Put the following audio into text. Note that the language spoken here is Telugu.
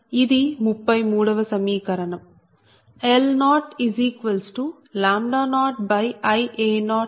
ఇది 33 వ సమీకరణం